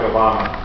Obama